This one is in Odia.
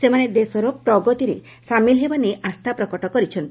ସେମାନେ ଦେଶର ପ୍ରଗତିରେ ସାମିଲ୍ ହେବା ନେଇ ଆସ୍ଥା ପ୍ରକଟ କରିଛନ୍ତି